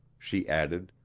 she added,